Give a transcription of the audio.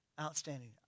Outstanding